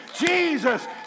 Jesus